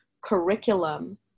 curriculum